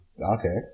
Okay